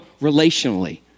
relationally